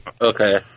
Okay